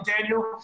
daniel